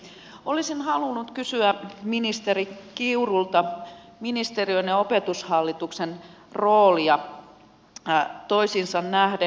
olisin halunnut kysyä ministeri kiurulta ministeriön ja opetushallituksen rooleista toisiinsa nähden